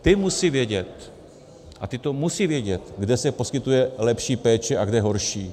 Ty musí vědět, a ty to musí vědět, kde se poskytuje lepší péče a kde horší.